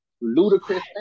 ludicrous